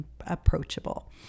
approachable